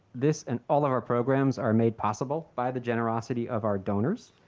this and all of our programs are made possible by the generosity of our donors.